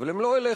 אבל הן לא אליך.